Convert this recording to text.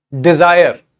desire